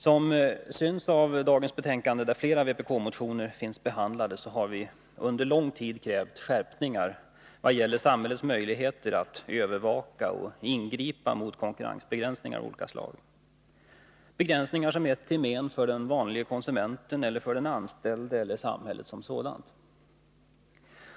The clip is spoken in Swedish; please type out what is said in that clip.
Som framgår av dagens betänkande om konkurrenslagstiftning, där flera vpk-motioner finns behandlade, har vi under lång tid krävt skärpningar när det gäller samhällets möjligheter att övervaka och ingripa mot konkurrensbegränsningar av olika slag, begränsningar som är till men för den vanlige konsumenten, för den anställde eller för samhället som sådant.